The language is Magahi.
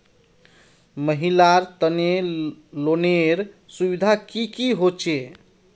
महिलार तने लोनेर सुविधा की की होचे?